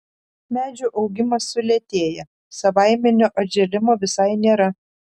medžių augimas sulėtėja savaiminio atžėlimo visai nėra